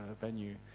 venue